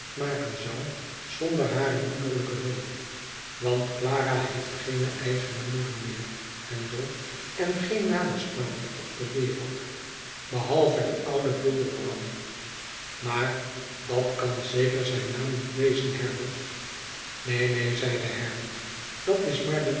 maken zou zonder hare moederlijke hulp want clara heeft geene eigene moeder meer handel en geen nabestaande op de wereld behalve dien ouden buiderbram maar dat kan zeker zijn naam niet wezen herbert neen neen zeide herbert dat is maar de